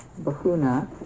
Bahuna